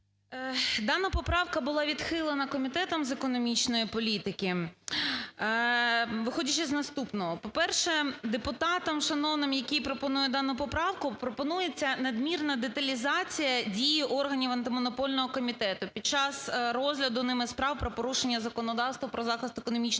Дана поправка була відхилена Комітетом з економічної політики, виходячи з наступного. По-перше, депутатом шановним, який пропонує дану поправку, пропонується надмірна деталізація дій органів Антимонопольного комітету під час розгляду ними справ про порушення законодавства про захист економічної